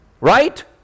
Right